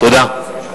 תודה.